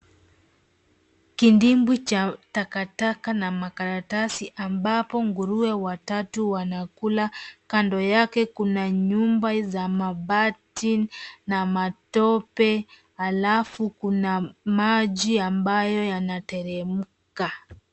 Kidimbwi cha taka taka na makarasi ambapo nguruwe watatu wanakula. Kando yake kuna nyumba za mabati na matope halafu kuna maji ambayo yanateremka.